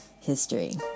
History